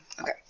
Okay